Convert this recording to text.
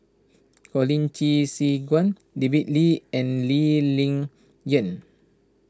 Colin Qi Zhe Quan David Lee and Lee Ling Yen